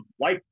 life